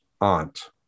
aunt